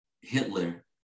Hitler